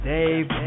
Dave